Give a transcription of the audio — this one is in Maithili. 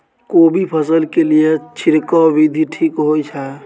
कोबी फसल के लिए छिरकाव विधी ठीक होय छै?